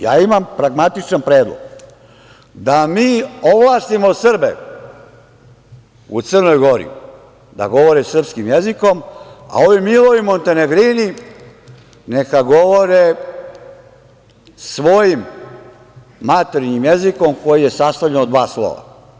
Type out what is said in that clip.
Ja imam pragmatičan predlog, da mi ovlastimo Srbe u Crnoj Gori da govore srpskim jezikom, a ovi Milovi montenegrini nega govore svojim maternjim jezikom koji je sastavljen od dva slova.